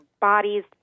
bodies